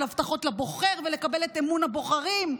של הבטחות לבוחר ולקבל את אמון הבוחרים.